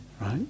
right